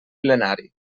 plenari